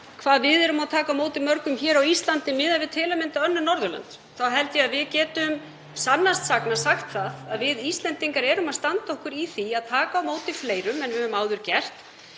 hvað við tökum á móti mörgum hér á Íslandi miðað við til að mynda önnur Norðurlönd þá held ég að við getum sannast sagna sagt að við Íslendingar stöndum okkur í því að taka á móti fleirum en við höfum áður gert.